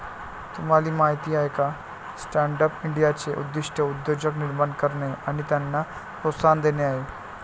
तुम्हाला माहीत आहे का स्टँडअप इंडियाचे उद्दिष्ट उद्योजक निर्माण करणे आणि त्यांना प्रोत्साहन देणे आहे